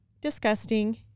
disgusting